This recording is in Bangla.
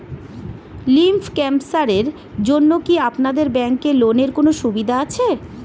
লিম্ফ ক্যানসারের জন্য কি আপনাদের ব্যঙ্কে লোনের কোনও সুবিধা আছে?